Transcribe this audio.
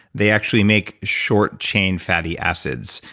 they actually make short-chain fatty acids,